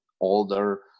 older